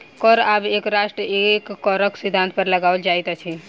कर आब एक राष्ट्र एक करक सिद्धान्त पर लगाओल जाइत अछि